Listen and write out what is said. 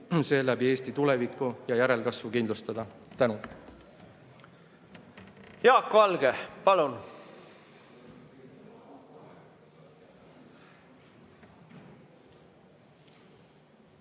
seeläbi Eesti tulevikku ja järelkasvu kindlustada. Tänan! Jaak Valge, palun!